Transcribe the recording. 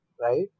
right